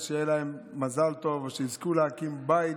אז שיהיה להם מזל טוב ושיזכו להקים בית